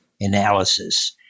analysis